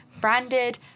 branded